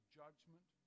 judgment